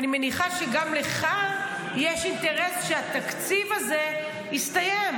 אני מניחה שגם לך יש אינטרס שהתקציב הזה יסתיים,